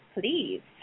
please